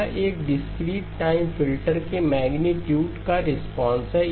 यह यह discrete time filter के मेग्नीट्यूड का रिस्पॉन्स है है